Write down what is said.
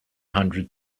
hundred